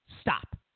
Stop